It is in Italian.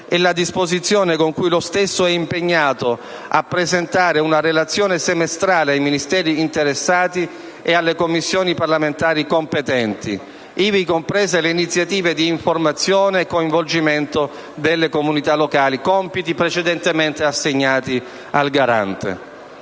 la disposizione con cui lo stesso è impegnato a presentare una relazione semestrale ai Ministeri interessati e alle Commissioni parlamentari competenti, ivi comprese le iniziative di informazione e coinvolgimento delle comunità locali, compiti precedentemente affidati al garante.